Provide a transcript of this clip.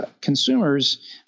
consumers